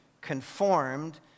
conformed